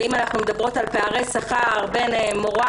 ואם אנחנו מדברים על פערי שכר בין מורה